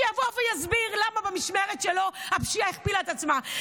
שיבוא ויסביר למה במשמרת שלו הפשיעה הכפילה את עצמה.